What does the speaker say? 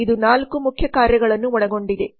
ಇದು 4 ಮುಖ್ಯ ಕಾರ್ಯಗಳನ್ನು ಒಳಗೊಂಡಿದೆ